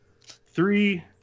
three